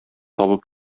табып